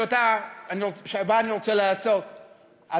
שבה אני רוצה לעסוק,